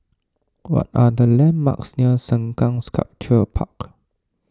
what are the landmarks near Sengkang Sculpture Park